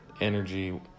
energy